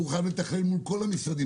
הוא יוכל לתכלל מול כל המשרדים.